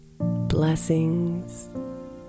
Blessings